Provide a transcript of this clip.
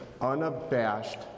unabashed